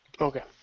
Okay